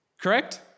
Correct